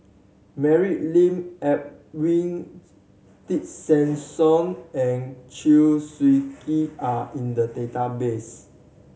Mary Lim Edwin Tessensohn and Chew Swee Kee are in the database